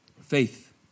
faith